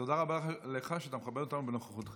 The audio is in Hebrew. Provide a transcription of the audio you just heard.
תודה רבה לך שאתה מכבד אותנו בנוכחותך.